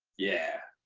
yeah.